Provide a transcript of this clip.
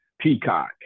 peacock